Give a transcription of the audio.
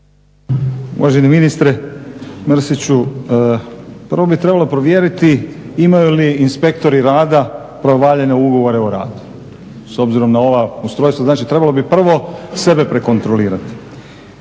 Uvaženi ministre Mrsiću, prvo bi trebalo provjeriti imaju li inspektori rada pravovaljane ugovore o radu s obzirom na ova ustrojstva. Znači, trebalo bi prvo sebe prekontrolirati.